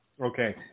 Okay